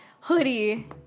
hoodie